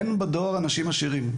אין בדואר אנשים עשירים.